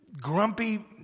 grumpy